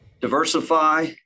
diversify